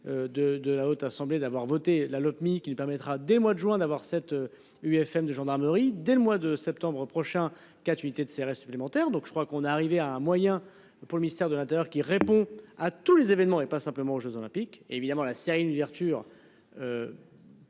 de la Haute Assemblée d'avoir voté la Lopmi qui permettra des mois de juin, d'avoir cette UFM de gendarmerie dès le mois de septembre prochain, 4 unités de CRS supplémentaires. Donc je crois qu'on est arrivé à un moyen pour le ministère de l'Intérieur qui répond à tous les événements et pas simplement aux Jeux olympiques